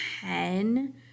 ten